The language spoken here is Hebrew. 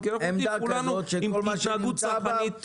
אנחנו יודעים שכולנו עם התנהגות צברית דומה.